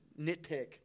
nitpick